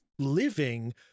Living